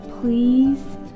please